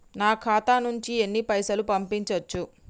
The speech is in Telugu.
నా ఖాతా నుంచి ఎన్ని పైసలు పంపించచ్చు?